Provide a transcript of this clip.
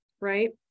right